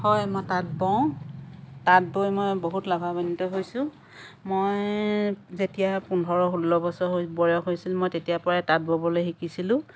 হয় মই তাঁত বওঁ তাঁত বৈ মই বহুত লাভাবান্বিত হৈছোঁ মই যেতিয়া পোন্ধৰ ষোল্ল বছৰ হৈ বয়স হৈছিল মই তেতিয়াৰ পৰাই তাঁত ববলৈ শিকিছিলোঁ